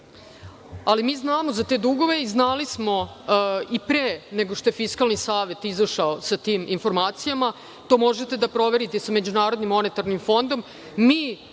ali mi znamo za te dugove i znali smo i pre nego što je Fiskalni savet izašao sa tim informacijama. To možete da proverite sa MMF. Mi smo MMF i svima